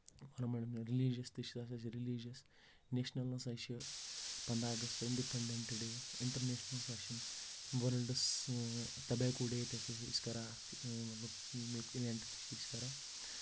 religious تہِ چھِ آسان ریلِجس نیشنل ہسا چھِ پنداہ اَگست اِنڈِپینڈنٹ ڈے اِنٹرنیشنل سُہ چھُ وٲرلڈٕس ٹَباکوٗ ڈے تَتھ سا چھِ کران أسۍ اَتھ مطلب امیُک اِویٚنٹ تہِ چھِ أسۍ کران